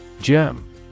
Gem